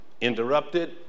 interrupted